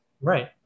Right